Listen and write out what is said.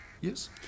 Yes